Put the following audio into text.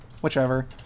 whichever